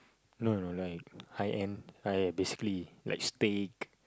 no no no like high end high basically like steak